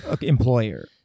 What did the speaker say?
employer